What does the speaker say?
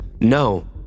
no